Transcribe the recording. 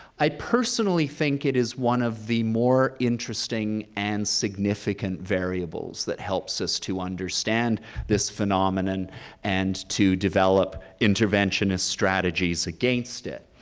i personally think it is one of the more interesting and significant variables that helps us to understand this phenomenon and and to develop interventionist strategies against it,